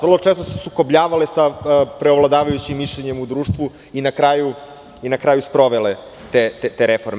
Vrlo često su se sukobljavale sa preovladavajućim mišljenjem u društvu i na kraju sprovele te reforme.